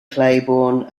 claiborne